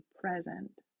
present